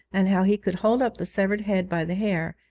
and how he could hold up the severed head by the hair,